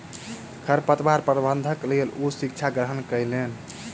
खरपतवार प्रबंधनक लेल ओ शिक्षा ग्रहण कयलैन